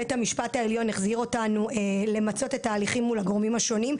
בית המשפט העליון החזיר אותנו למצות את ההליכים מול הגורמים השונים,